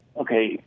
okay